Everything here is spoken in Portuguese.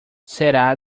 será